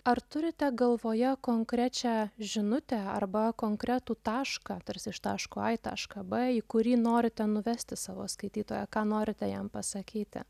ar turite galvoje konkrečią žinutę arba konkretų tašką tarsi iš taško a į tašką b į kurį norite nuvesti savo skaitytoją ką norite jam pasakyti